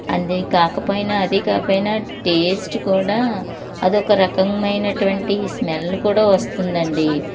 అది కాకపోయినా అది కాకపోయిన టేస్ట్ కూడా అది ఒక రకం అయినటువంటి స్మెల్ కూడా వస్తుంది అండి